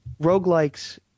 roguelikes